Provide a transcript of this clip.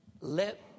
let